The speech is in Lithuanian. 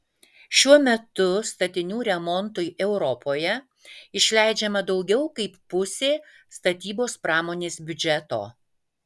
šiuo metu statinių remontui europoje išleidžiama daugiau kaip pusė statybos pramonės biudžeto